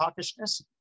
hawkishness